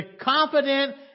confident